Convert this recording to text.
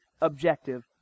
objective